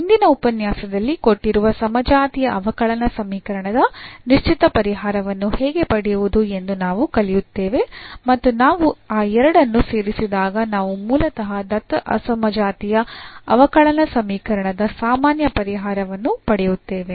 ಮುಂದಿನ ಉಪನ್ಯಾಸದಲ್ಲಿ ಕೊಟ್ಟಿರುವ ಸಮಜಾತೀಯ ಅವಕಲನ ಸಮೀಕರಣದ ನಿಶ್ಚಿತ ಪರಿಹಾರವನ್ನು ಹೇಗೆ ಪಡೆಯುವುದು ಎಂದು ನಾವು ಕಲಿಯುತ್ತೇವೆ ಮತ್ತು ನಾವು ಆ ಎರಡನ್ನು ಸೇರಿಸಿದಾಗ ನಾವು ಮೂಲತಃ ದತ್ತ ಅಸಮಜಾತೀಯ ಅವಕಲನ ಸಮೀಕರಣದ ಸಾಮಾನ್ಯ ಪರಿಹಾರವನ್ನು ಪಡೆಯುತ್ತೇವೆ